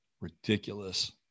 ridiculous